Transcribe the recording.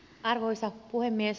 arvoisa puhemies